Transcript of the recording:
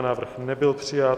Návrh nebyl přijat.